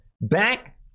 back